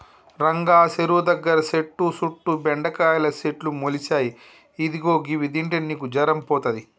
రంగా సెరువు దగ్గర సెట్టు సుట్టు బెండకాయల సెట్లు మొలిసాయి ఇదిగో గివి తింటే నీకు జరం పోతది